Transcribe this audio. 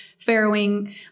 farrowing